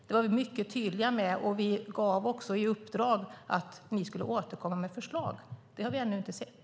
Det var vi mycket tydliga med, och vi gav er också i uppdrag att återkomma med förslag, vilket vi ännu inte sett.